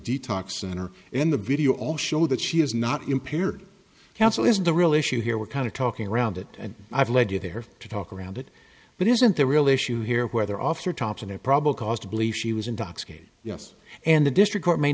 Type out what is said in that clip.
detox center and the video all show that she is not impaired counsel isn't the real issue here we're kind of talking around it and i've led you there to talk around it but isn't the real issue here whether officer thompson a probable cause to believe she was intoxicated yes and the district court may